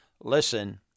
Listen